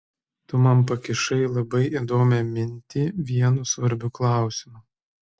tu man pakišai labai įdomią mintį vienu svarbiu klausimu